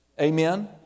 Amen